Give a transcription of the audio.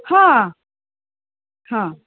हां हां